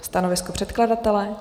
Stanovisko předkladatele?